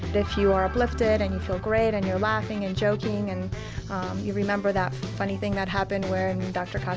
if you are uplifted and you feel great and you're laughing and joking and you remember that funny thing that happened wherein dr.